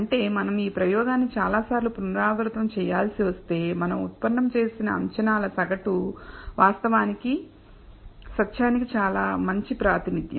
అంటే మనం ఈ ప్రయోగాన్ని చాలాసార్లు పునరావృతం చేయాల్సి వస్తే మనం ఉత్పన్నం చేసిన అంచనాల సగటు వాస్తవానికి సత్యానికి చాలా మంచి ప్రాతినిధ్యం